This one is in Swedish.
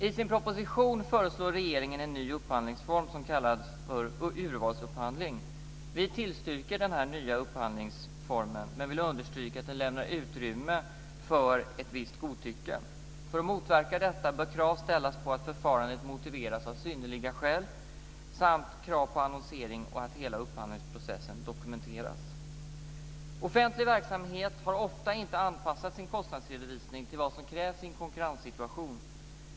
I sin proposition föreslår regeringen en ny upphandlingsform som kallas för urvalsupphandling. Vi tillstyrker denna nya upphandlingsform, men vill understryka att den lämnar utrymme för ett visst godtycke. För att motverka detta bör krav ställas på att förfarandet motiveras av synnerliga skäl. Det bör också ställas krav på annonsering och på att hela upphandlingsprocessen dokumenteras. Offentlig verksamhet har ofta inte anpassat sin kostnadsredovisning till vad som krävs i en konkurrenssituation.